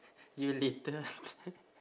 you litter